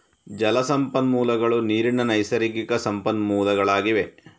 ಜಲ ಸಂಪನ್ಮೂಲಗಳು ನೀರಿನ ನೈಸರ್ಗಿಕ ಸಂಪನ್ಮೂಲಗಳಾಗಿವೆ